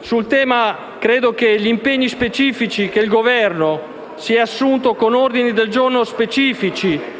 Sul tema, credo che gli impegni che il Governo si è assunto con ordini del giorno specifici,